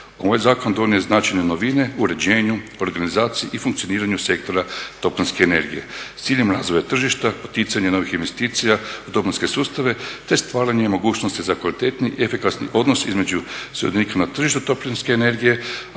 Ovaj zakon donio je značajne novine uređenju, organizaciji i funkcioniranju sektora toplinske energije s ciljem razvoja tržišta, poticanje novih investicija, dopunske sustave te stvaranje mogućnosti za kvalitetniji i efikasniji odnos između sudionika na tržištu toplinske energije,